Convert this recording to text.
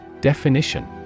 Definition